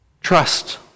Trust